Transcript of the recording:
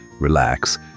relax